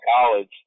College